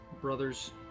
brothers